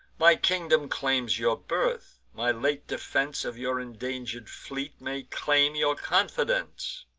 my kingdom claims your birth my late defense of your indanger'd fleet may claim your confidence.